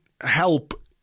help